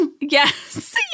Yes